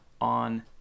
on